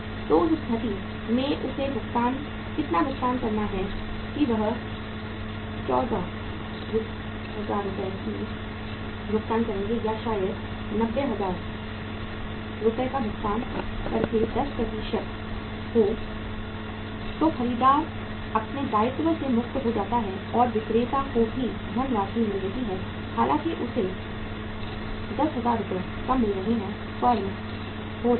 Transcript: तो उस स्थिति में उसे कितना भुगतान करना है कि ९ ५००० रुपये का भुगतान करके या शायद ९ ०००० रुपये का भुगतान करके छूट १० हो तो खरीदार अपने दायित्व से मुक्त हो जाता है और विक्रेता को भी धनराशि मिल रही है हालांकि उसे १०००० रुपये कम मिल रहे हैं फर्म हो रही है